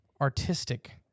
artistic